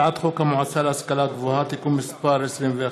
הצעת חוק המועצה להשכלה גבוהה (תיקון מס' 21)